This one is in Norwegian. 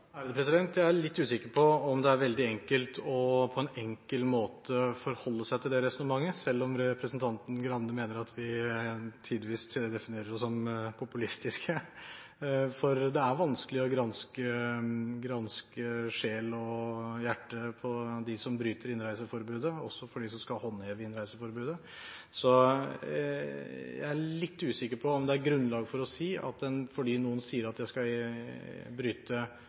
Jeg er litt usikker på om det er veldig enkelt på en enkel måte å forholde seg til det resonnementet, selv om representanten Skei Grande mener at vi tidvis definerer oss som populistiske. Det er vanskelig å granske sjel og hjerte på dem som bryter innreiseforbudet, også for dem som skal håndheve innreiseforbudet. Jeg er litt usikker på om det er grunnlag for å si at fordi noen sier at de skal bryte